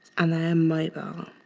and they're mobile.